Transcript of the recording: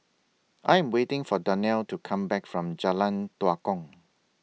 I Am waiting For Donell to Come Back from Jalan Tua Kong